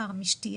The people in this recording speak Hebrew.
הילדים.